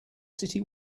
city